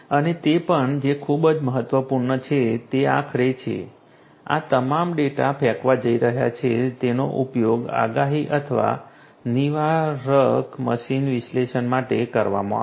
અને તે પણ જે ખૂબ જ મહત્વપૂર્ણ છે તે આખરે છે આ તમામ ડેટા ફેંકવા જઈ રહ્યા છે તેનો ઉપયોગ આગાહી અથવા નિવારક મશીન વિશ્લેષણ માટે કરવામાં આવશે